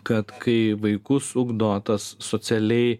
kad kai vaikus ugdo tas socialiai